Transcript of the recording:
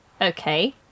Okay